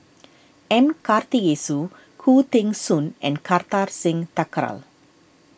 M Karthigesu Khoo Teng Soon and Kartar Singh Thakral